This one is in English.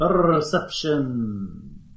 Perception